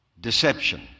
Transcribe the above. Deception